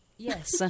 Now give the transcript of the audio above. Yes